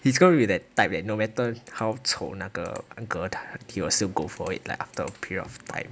he's gonna be that type that no matter how 丑那个 girl 他 he will still go for it like after a period of time